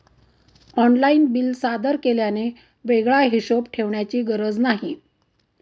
online bill सादर केल्याने वेगळा हिशोब ठेवण्याची गरज नाही